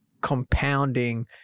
compounding